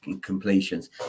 completions